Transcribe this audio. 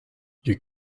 you